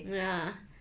ya